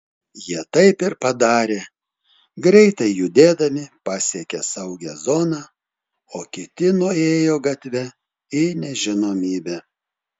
jie taip ir padarė greitai judėdami pasiekė saugią zoną o kiti nuėjo gatve į nežinomybę